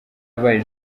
habaye